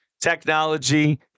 technology